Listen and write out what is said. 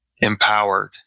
empowered